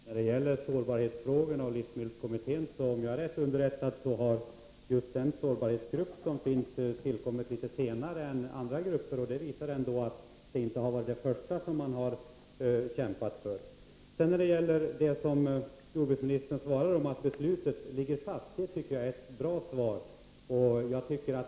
Herr talman! När det gäller sårbarhetsfrågorna och livsmedelskommittén har just den sårbarhetsgrupp som finns tillsatts litet senare än andra grupper. Det visar att det inte har varit det första som regeringen kämpat för. Jordbruksministerns uttalande att beslutet ligger fast tycker jag var ett bra svar.